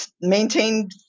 Maintained